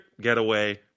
getaway